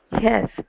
Yes